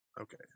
Okay